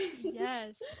Yes